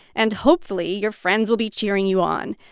and hopefully, your friends will be cheering you on.